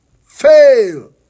fail